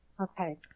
okay